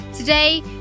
Today